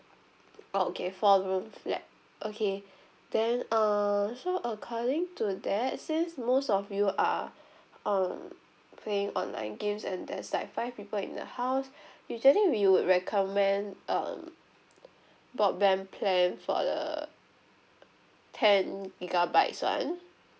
okay four room flat okay then uh so according to that since most of you are um playing online games and there's like five people in the house usually we would recommend um broadband plan for the ten gigabytes [one]